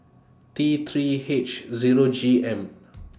T three H Zero G M